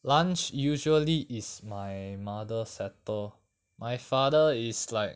lunch usually is my mother settle my father is like